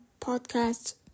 podcasts